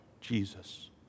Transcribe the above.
Jesus